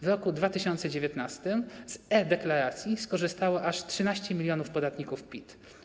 W roku 2019 z e-Deklaracji skorzystało aż 13 mln podatników PIT.